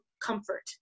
comfort